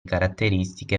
caratteristiche